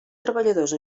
treballadors